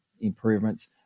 improvements